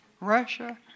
Russia